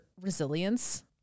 resilience